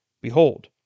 Behold